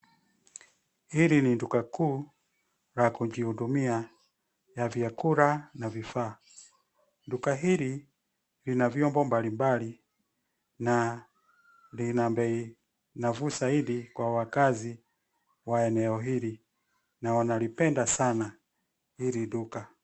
Hili ni duka kuu la kujihudumia ya vyakula na vifaa. Duka hili lina vyombo mbali mbali na lina bei nafuu zaidi kwa wakazi wa eneo hili na wanalipenda sana hili duka.